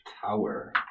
Tower